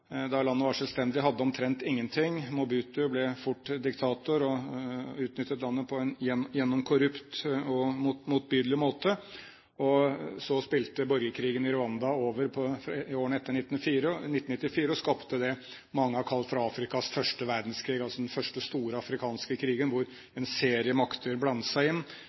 Da landet var selvstendig, hadde det omtrent ingenting. Mobutu ble fort diktator og utnyttet landet på en gjennom korrupt og motbydelig måte. Så spilte borgerkrigen i Rwanda over i årene etter 1994, og skapte det mange har kalt Afrikas første verdenskrig – altså den første store afrikanske krigen – hvor en serie makter blandet seg inn